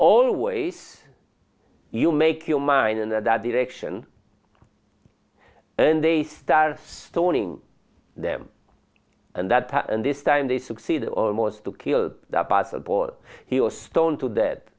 always you make your mind in that direction and they start stoning them and that and this time they succeeded almost to kill the possible he was stoned to